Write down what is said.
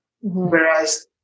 Whereas